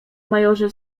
majorze